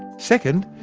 second,